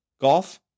golf